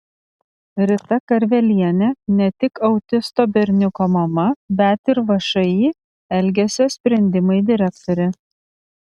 rita karvelienė ne tik autisto berniuko mama bet ir všį elgesio sprendimai direktorė